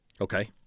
Okay